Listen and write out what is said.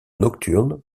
nocturne